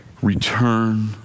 Return